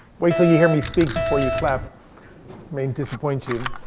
wait till you hear me speak before you clap. i may disappoint you.